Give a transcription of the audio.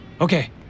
Okay